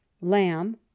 Lamb